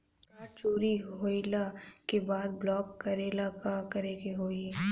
Card चोरी होइला के बाद ब्लॉक करेला का करे के होई?